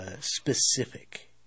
specific